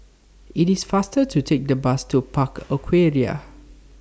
IT IS faster to Take The Bus to Park Aquaria